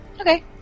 Okay